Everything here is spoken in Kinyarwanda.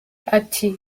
ati